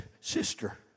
Sister